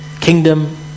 kingdom